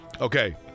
okay